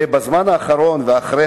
ובזמן האחרון, אחרי